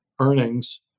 earnings